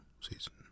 season